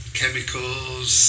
chemicals